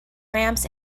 ramps